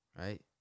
right